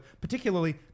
particularly